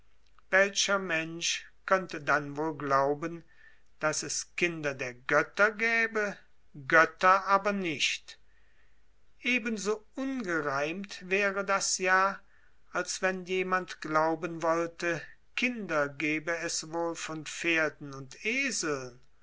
welcher mensch könnte dann wohl glauben daß es kinder der götter gäbe götter aber nicht ebenso ungereimt wäre das ja als wenn jemand glauben wollte kinder gebe es wohl von pferden und eseln